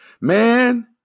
man